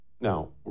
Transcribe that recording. now